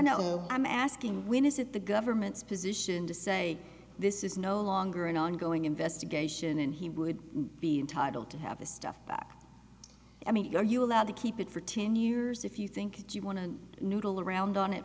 know i'm asking when is it the government's position to say this is no longer an ongoing investigation and he would be entitle to have the stuff back i mean are you allowed to keep it for ten years if you think you want to noodle around on it